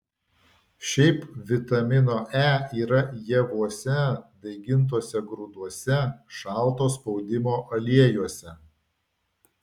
šiaip vitamino e yra javuose daigintuose grūduose šalto spaudimo aliejuose